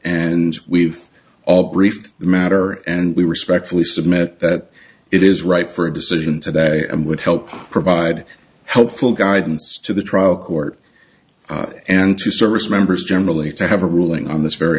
and we've all brief matter and we respectfully submit that it is right for a decision today and would help provide helpful guidance to the trial court and to service members generally to have a ruling on this very